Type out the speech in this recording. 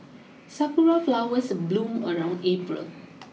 sakura flowers bloom around April